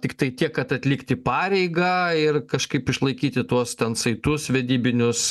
tiktai tiek kad atlikti pareigą ir kažkaip išlaikyti tuos ten saitus vedybinius